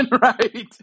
right